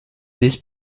this